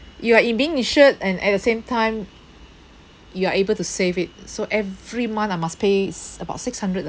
you are in being insured and at the same time you are able to save it so every month I must pay s~ about six hundred lah